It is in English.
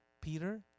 Peter